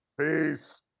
Peace